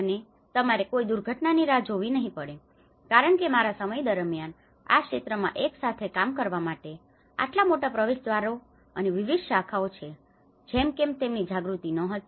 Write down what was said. અને તમારે કોઈ દુર્ઘટનાની રાહ જોવી નહીં પડે કારણ કે મારા સમય દરમિયાન આ ક્ષેત્રમાં એકસાથે કામ કરવા માટે આટલા મોટા પ્રવેશદ્વારો અને વિવિધ શાખાઓ છે કે કેમ તેની જાગૃતિ ન હતી